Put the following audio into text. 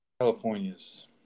California's